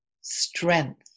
strength